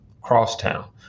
Crosstown